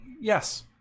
yes